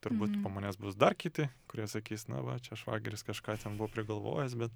turbūt po manęs bus dar kiti kurie sakys na va čia švageris kažką ten buvo prigalvojęs bet